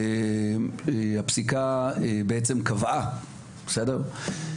הפסיקה בעצם קבעה בסדר?